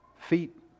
Feet